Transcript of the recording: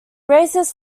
races